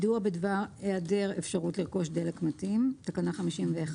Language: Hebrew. "יידוע בדבר היעדר אפשרות לרכוש דלק מתאים קברניט